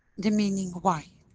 the meaning why.